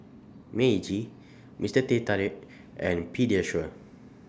Meiji Mister Teh Tarik and Pediasure